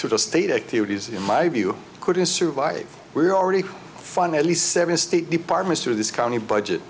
to the state activities in my view couldn't survive were already fine at least seven state departments through this county budget